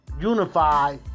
unify